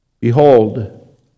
Behold